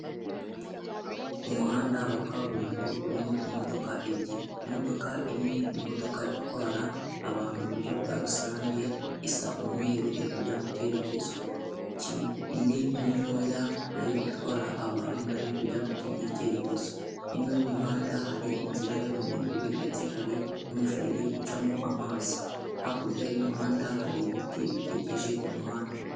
Umuhanda wa kaburimbo urimo imodoka ebyiri, imodoka imwe ni imodoka itwara abantu mu buryo bwa rusange isa umweru iri kujya mu cyerekezo kimwe, indi ni intoya nayo itwara abantu nayo iri kujya mu kindi cyerekezo, hino y'umuhanda hari inzira y'abanyamaguru ndetse hari n'umuferege ucamo amazi, hakurya y'umuhanda hari ibiti bikikije umuhanda.